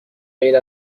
غیر